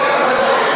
כל הכבוד,